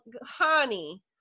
honey